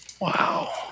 Wow